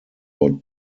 war